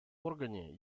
органе